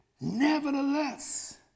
Nevertheless